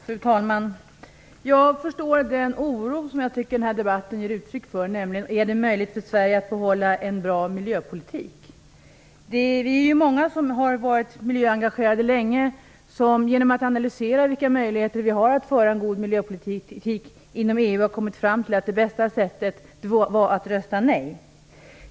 Fru talman! Jag förstår den oro som jag tycker att debatten ger uttryck för. Man undrar om det är möjligt för Sverige att behålla en bra miljöpolitik. Vi är många som har varit miljöengagerade länge och som genom att analysera vilka möjligheter vi har att föra en god miljöpolitik inom EU har kommit fram till att det bästa sättet hade varit att rösta nej.